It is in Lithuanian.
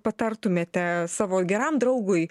patartumėte savo geram draugui